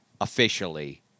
officially